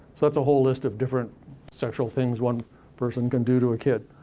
so that's a whole list of different sexual things one person can do to a kid.